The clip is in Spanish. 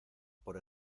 por